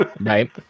Right